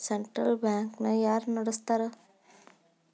Central bank ನ ಯಾರ್ ನಡಸ್ತಾರ?